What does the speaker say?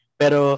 pero